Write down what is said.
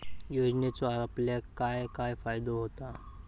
योजनेचो आपल्याक काय काय फायदो होता?